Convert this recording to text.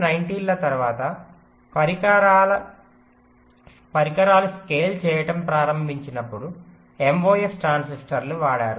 1990ల తరువాత పరికరాలు స్కేల్ చేయటం ప్రారంభించినప్పుడు MOS ట్రాన్సిస్టర్లు వాడారు